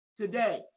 Today